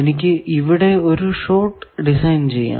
എനിക്ക് ഇവിടെ ഒരു ഷോർട് ഡിസൈൻ ചെയ്യാം